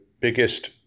biggest